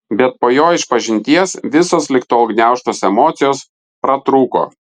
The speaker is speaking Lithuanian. bet po jo išpažinties visos lig tol gniaužtos emocijos pratrūko